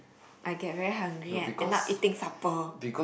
I get very hungry I end up eating supper